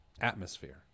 atmosphere